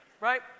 right